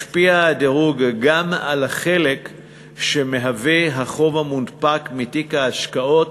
משפיע הדירוג גם על החלק שמהווה החוב המונפק מתיק ההשקעות